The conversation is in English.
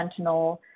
fentanyl